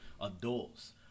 adults